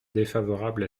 défavorables